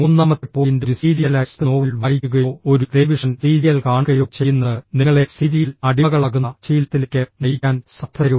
മൂന്നാമത്തെ പോയിന്റ് ഒരു serialised novel വായിക്കുകയോ ഒരു ടെലിവിഷൻ സീരിയൽ കാണുകയോ ചെയ്യുന്നത് നിങ്ങളെ സീരിയൽ അടിമകളാകുന്ന ശീലത്തിലേക്ക് നയിക്കാൻ സാധ്യതയുണ്ട്